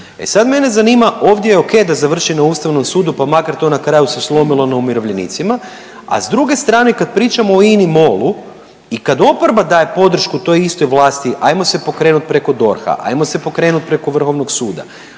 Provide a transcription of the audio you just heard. E sada mene zanima, ovdje je Ok da završi na Ustavnom sudu pa makar to na kraju se slomilo na umirovljenicima, a s druge strane kada pričamo o INA MOL-u i kada oporba daje podršku toj istoj vlasti hajmo se pokrenuti preko DORH-a, hajmo se pokrenuti preko Vrhovnog suda,